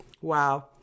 Wow